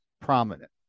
prominent